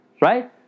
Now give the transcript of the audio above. Right